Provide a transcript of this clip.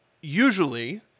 usually